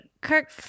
Kirk